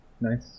nice